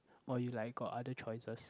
or you like got other choices